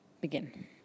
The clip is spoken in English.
Begin